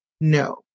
no